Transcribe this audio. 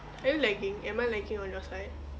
are you lagging am I lagging on your side